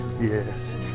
yes